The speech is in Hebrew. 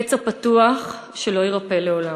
פצע פתוח שלא יירפא לעולם.